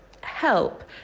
help